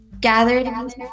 gathered